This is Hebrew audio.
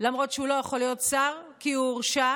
למרות שהוא לא יכול להיות שר, כי הוא הורשע